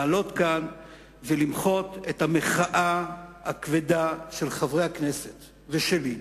כדי לעלות ולמחות כאן את המחאה הכבדה של חברי הכנסת ושלי,